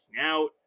out